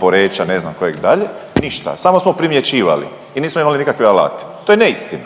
Poreča, ne znam kojeg dalje ništa samo smo primjećivali i nismo imali nikakve alate. To je neistina,